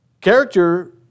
Character